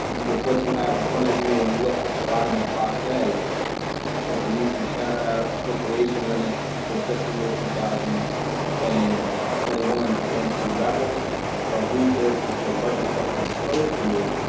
because what you have in front of you you and you look at the bottom of box a is when you compare our appropriation limit for fiscal year two thousand and twenty one against the level of resources or budgets that were proposed to you,